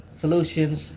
solutions